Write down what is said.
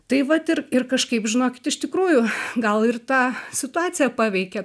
tai vat ir ir kažkaip žinokit iš tikrųjų gal ir ta situacija paveikė